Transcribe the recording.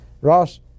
Ross